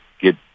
get